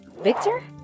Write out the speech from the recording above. Victor